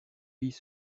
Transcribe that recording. filles